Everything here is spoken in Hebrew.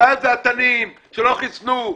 הבעיה זה התנים שלא חוסנו,